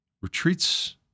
Retreat's